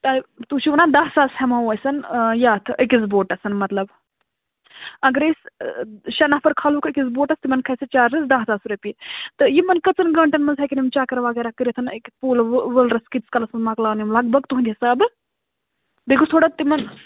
تۄہہ تُہۍ چھُو وَنان دہ ساس ہٮ۪مو أسٮ۪ن یَتھ أکِس بوٹَسَن مطلب اگر أسۍ شےٚ نَفر کھالوَکھ أکِس بوٹَس تِمَن کھسِہ چارجٕز دَہ ساس رۄپیہِ تہٕ یِمَن کٔژن گٲنٛٹَن منٛز ہٮ۪کن یِم چَکر وَغیرہ کٔرِتھ أکِۍ پوٗرٕ وٕ وٕلرَس کۭتِس کالَس منٛز مکلاون یِم لگ بگ تُہنٛدِ حِسابہٕ بیٚیہِ گوٚژھ تھوڑا تِمَن